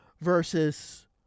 versus